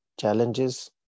challenges